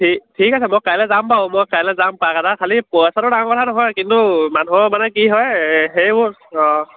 ঠিক আছে মই কাইলে যাম বাৰু মই কাইলে যাম পাক এটা খালী পইচাটো ডাঙৰ কথা নহয় কিন্তু মানুহৰ মানে কি হয় সেইবোৰ অঁ